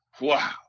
wow